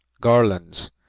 garlands